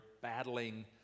battling